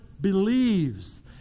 Believes